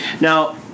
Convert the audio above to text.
now